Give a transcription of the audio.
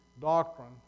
doctrine